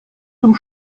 zum